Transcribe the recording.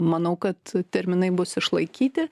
manau kad terminai bus išlaikyti